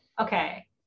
Okay